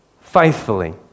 faithfully